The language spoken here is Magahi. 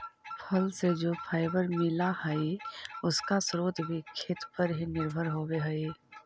फल से जो फाइबर मिला हई, उसका स्रोत भी खेत पर ही निर्भर होवे हई